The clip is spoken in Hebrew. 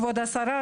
כבוד השרה,